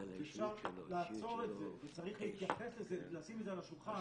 שאפשר לעצור את זה וצריך להתייחס לזה ולשים את זה על השולחן.